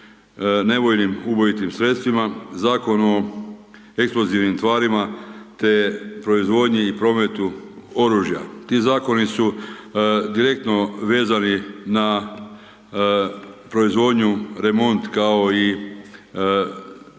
nevoljnim ubojitim sredstvima, Zakon o eksplozivnim tvarima, te proizvodnji i prometu oružja. Ti zakoni su direktno vezani na proizvodnju remont, kao i promet